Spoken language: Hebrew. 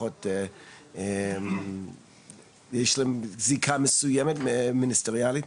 לפחות יש להם זיקה מסוימת מיניסטריאלית.